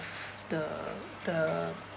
the the